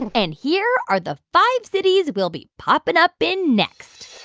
and and here are the five cities we'll be popping up in next.